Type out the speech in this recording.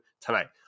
tonight